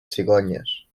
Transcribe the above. cigonyes